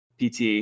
PT